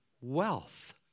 wealth